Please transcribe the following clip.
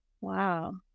Wow